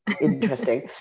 interesting